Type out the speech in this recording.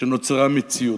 שנוצרה מציאות,